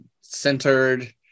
centered